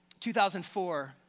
2004